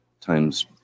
times